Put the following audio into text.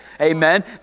Amen